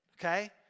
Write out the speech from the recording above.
okay